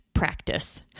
practice